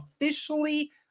officially